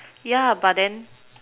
ya but then